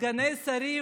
סגני השרים,